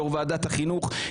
יו"ר ועדת החינוך,